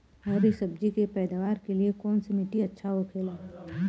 हरी सब्जी के पैदावार के लिए कौन सी मिट्टी अच्छा होखेला?